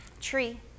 Tree